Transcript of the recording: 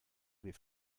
wir